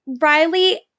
Riley